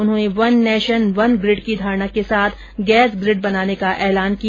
उन्होंने one nation one grid की धारणा के साथ गैस ग्रिड बनाने का ऐलान किया